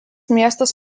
miestas